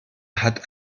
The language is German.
hat